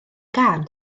gân